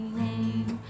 name